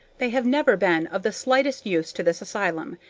they have never been of the slightest use to this asylum,